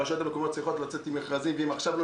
הרשויות המקומיות צריכות לצאת עם מכרזים ואם עכשיו לא